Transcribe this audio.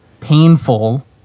painful